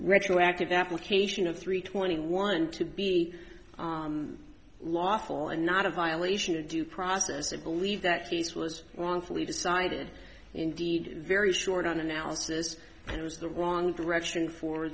retroactive application of three twenty one to be lawful and not a violation of due process of believe that case was wrongfully decided indeed very short on analysis and it was the wrong direction for